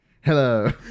Hello